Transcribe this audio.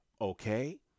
Okay